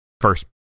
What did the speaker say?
first